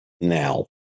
now